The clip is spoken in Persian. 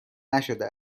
نشده